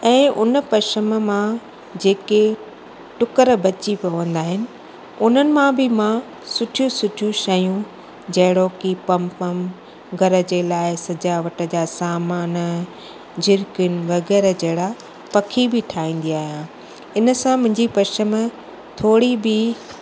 ऐं हुन पशम मां जे के टुकर बची पवंदा आहिनि उन्हनि मां बि मां सुठियूं सुठियूं शयूं जहिड़ो कि पम पम घर जे लाइ सजावट जा सामानु झिरिकियुनि वग़ैरह जहिड़ा पखी बि ठाहींदी आहियां हिन सां मुंहिंजी पशम थोरी बि